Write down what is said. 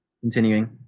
continuing